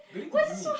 don't need to give me